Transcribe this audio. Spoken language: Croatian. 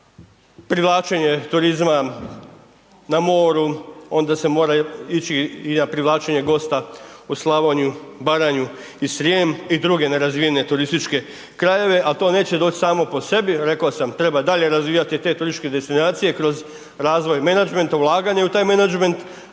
ide na privlačenje turizma na moru, onda se mora ići i na privlačenje gosta u Slavniju, Baranju i Srijem, i druge nerazvijene turističke krajeve, al' to neće doć' samo po sebi, rek'o sam treba dalje razvijati te turističke destinacije kroz razvoj menadžmenta, ulaganje u taj menadžment,